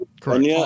Correct